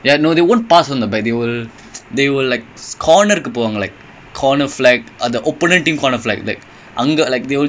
usually what they do they give one long ball to the the ya corner flag போவாகங்க:povaanga ya ya